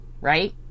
Right